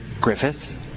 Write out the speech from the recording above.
Griffith